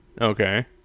okay